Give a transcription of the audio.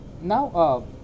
now